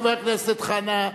חבר הכנסת חנא,